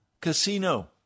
casino